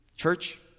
church